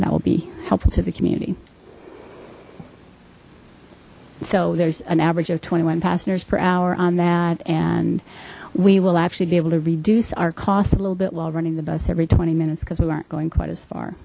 that will be helpful to the community so there's an average of twenty one passengers per hour on that and we will actually be able to reduce our costs a little bit while running the bus every twenty minutes because we aren't going quite as far